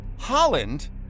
Holland